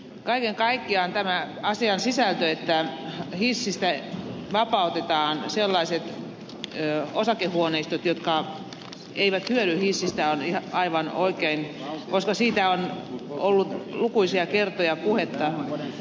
kaiken kaikkiaan tämä asian sisältö että hissistä vapautetaan sellaiset osakehuoneistot jotka eivät hyödy hissistä on aivan oikein koska siitä on ollut lukuisia kertoja puhetta